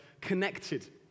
connected